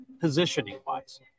positioning-wise